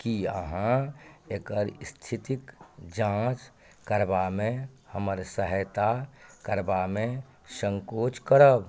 की अहाँ एकर स्थितिक जाँच करबामे हमर सहायता करबामे संकोच करब